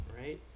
right